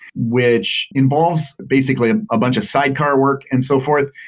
which involves basically a bunch of sidecar work, and so forth.